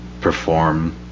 perform